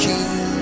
King